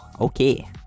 Okay